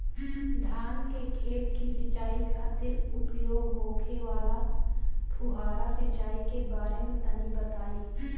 धान के खेत की सिंचाई खातिर उपयोग होखे वाला फुहारा सिंचाई के बारे में तनि बताई?